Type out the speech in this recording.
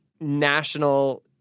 national